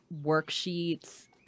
worksheets